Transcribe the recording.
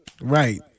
Right